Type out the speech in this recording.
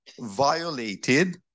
violated